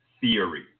theory